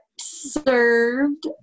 served